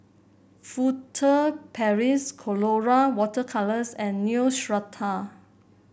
Furtere Paris Colora Water Colours and Neostrata